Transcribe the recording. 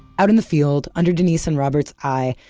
out in the field, under denise and robert's eye,